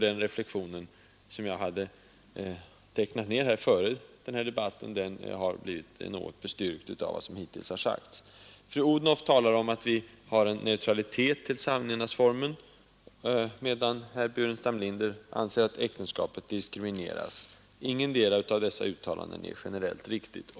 Den reflexionen, som jag hade tecknat ned före den här debatten, har blivit bestyrkt av vad som hittills har sagts. Fru Odhnoff talade om att vi skall vara neutrala till samlevnadsformen, medan herr Burenstam Linder anser att äktenskapet diskrimineras. Inget av dessa uttalanden är generellt riktigt.